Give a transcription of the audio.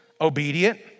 obedient